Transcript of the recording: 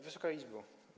Wysoka Izbo!